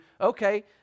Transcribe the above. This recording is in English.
okay